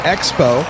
Expo